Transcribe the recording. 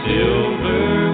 Silver